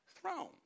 throne